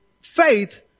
Faith